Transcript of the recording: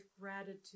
gratitude